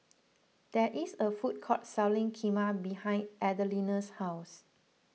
there is a food court selling Kheema behind Adelina's house